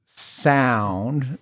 sound